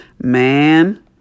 Man